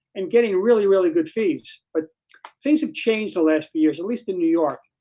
and getting really, really good feeds but things have changed the last few years, at least in new york,